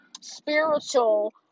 spiritual